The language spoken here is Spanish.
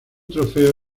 trofeo